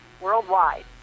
worldwide